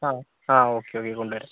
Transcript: ആ okay okay കൊണ്ടുവരാം